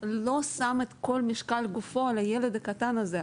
שם את כל משקל גופו על הילד הקטן הזה,